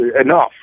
enough